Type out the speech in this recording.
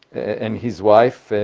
and, his wife,